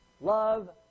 Love